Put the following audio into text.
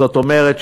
זאת אומרת,